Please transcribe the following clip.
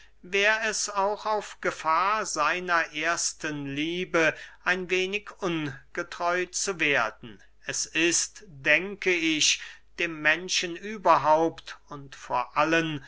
wär es auch auf gefahr seiner ersten liebe ein wenig ungetreu zu werden es ist denke ich dem menschen überhaupt und vor allem